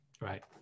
Right